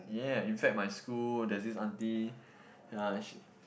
yeah in fact my school there's this aunty yeah she